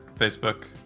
Facebook